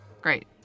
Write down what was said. Great